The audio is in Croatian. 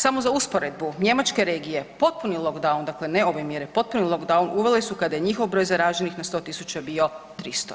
Samo za usporedbu njemačke regije potpuni lockdown, dakle ne ove mjere potpuni lockdown uveli su kada je njihov broj zaraženih na 100.000 bio 300,